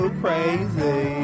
crazy